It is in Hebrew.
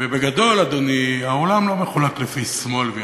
ובגדול, אדוני, העולם לא מחולק לפי שמאל וימין,